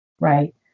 right